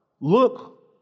Look